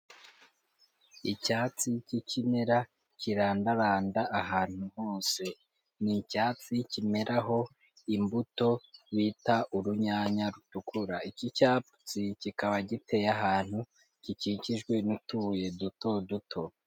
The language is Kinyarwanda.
Icyatsi cy'ikimera kirandaranda ahantu hose, ni icyatsi kimeraho imbuto bita urunyanya rutukura, iki cyatsi kikaba giteye ahantu, gikikijwe n'utubuye duto duto.